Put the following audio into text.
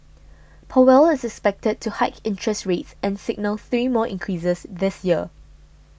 powell is expected to hike interest rates and signal three more increases this year